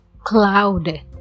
cloud